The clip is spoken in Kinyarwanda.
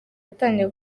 yatangiye